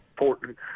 important